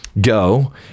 go